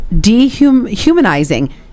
dehumanizing